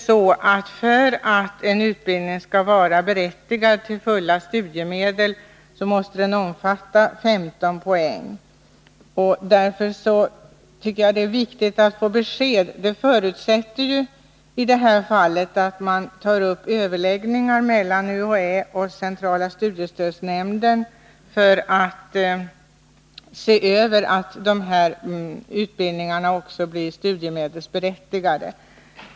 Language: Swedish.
Men för att en utbildning skall berättiga till studiemedel i full utsträckning måste den omfatta 15 poäng, och jag tycker det är viktigt att vi får besked på den punkten. En förutsättning i det här fallet är att man i överläggningar mellan UHÄ och centrala studiestödsnämnden ser över just den frågan, så att de utbildningar det här gäller också blir studiemedelsberättigade.